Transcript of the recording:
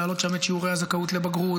להעלות שם את שיעורי הזכאות לבגרות,